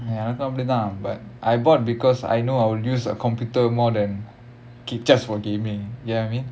ya என்னாகும் அப்பிடி தான்:ennaagum apidi thaan but I bought because I know I'll use a computer more than kay just for gaming you get what I mean